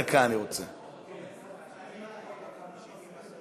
היה צריך בכלל להוריד את המס בעניין